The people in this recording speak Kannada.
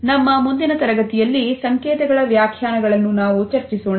ನಮ್ಮ ಮುಂದಿನ ತರಗತಿಯಲ್ಲಿ ಸಂಕೇತಗಳ ವ್ಯಾಖ್ಯಾನಗಳನ್ನು ನಾವು ಚರ್ಚಿಸೋಣ